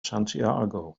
santiago